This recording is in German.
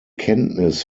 kenntnis